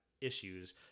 issues